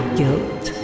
guilt